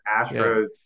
Astros